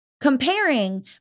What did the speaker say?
comparing